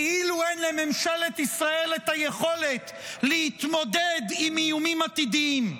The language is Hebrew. כאילו אין לממשלת ישראל את היכולת להתמודד עם איומים עתידיים.